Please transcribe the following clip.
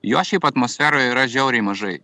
jo šiaip atmosferoje yra žiauriai mažai